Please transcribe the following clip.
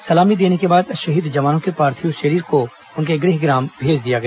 सलामी देने के बाद शहीद जवानों के पार्थिव शरीर को उनके गृहग्राम भेज दिया गया